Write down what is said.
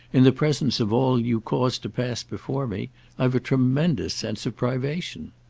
in the presence of all you cause to pass before me i've a tremendous sense of privation.